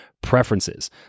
preferences